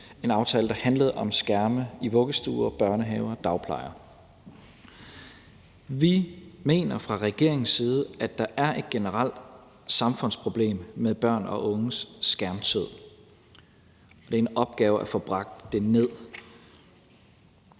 Borgerlige, der handlede om skærme i vuggestuer, børnehaver og dagplejen. Vi mener fra regeringens side, at der er et generelt samfundsproblem med børn og unges skærmtid. Det er en opgave at få bragt det ned,